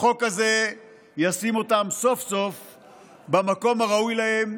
החוק הזה ישים סוף-סוף במקום הראוי להם,